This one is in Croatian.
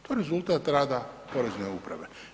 To je rezultat rada Porezne uprave.